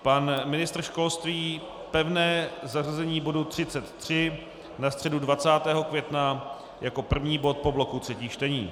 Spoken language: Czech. Pan ministr školství pevné zařazení bodu 33 na středu 20. května jako první bod po bloku 3. čtení.